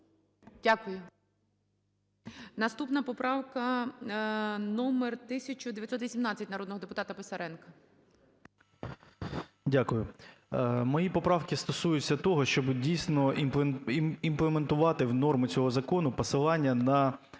Дякую. Наступна поправка номер 1918 народного депутата Писаренка. 13:53:52 ПИСАРЕНКО В.В. Дякую. Мої поправки стосуються того, щоб дійсно імплементувати в норми цього закону посилання на